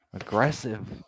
aggressive